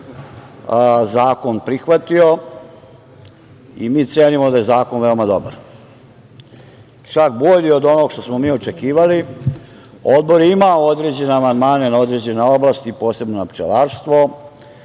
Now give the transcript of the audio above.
zakon prihvatio i mi cenimo da je zakon veoma dobar, čak bolji od onoga što smo mi očekivali. Odbor je imao određene amandmane na određene oblasti, posebno na pčelarstvo.